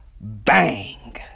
Bang